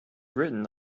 written